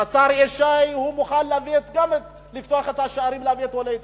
גם השר ישי מוכן לפתוח את השערים ולהביא את עולי אתיופיה.